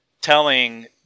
telling